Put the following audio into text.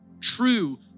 True